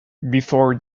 before